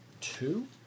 two